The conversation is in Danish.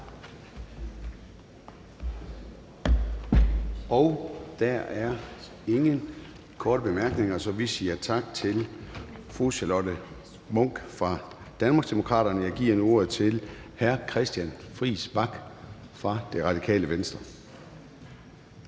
Der er ingen korte bemærkninger, så vi siger tak til fru Charlotte Munch fra Danmarksdemokraterne. Jeg giver nu ordet til hr. Christian Friis Bach fra Det Radikale Venstre.